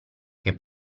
che